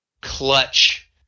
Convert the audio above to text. Clutch